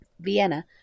Vienna